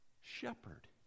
shepherd